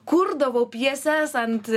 kurdavau pjeses ant